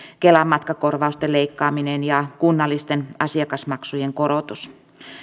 kela matkakorvausten leikkaaminen ja kunnallisten asiakasmaksujen korotus